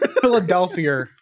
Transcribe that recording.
Philadelphia